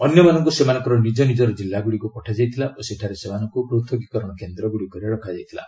ଅନ୍ୟମାନଙ୍କୁ ସେମାନଙ୍କର ନିଜ ନିଜର ଜିଲ୍ଲାଗୁଡ଼ିକୁ ପଠାଯାଇଥିଲା ଓ ସେଠାରେ ସେମାନଙ୍କୁ ପୃଥକୀକରଣ କେନ୍ଦ୍ରରେ ରଖାଯାଇଲା